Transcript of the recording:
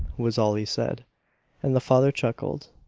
was all he said and the father chuckled,